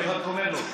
אני רק עונה לו.